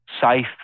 safe